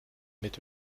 mit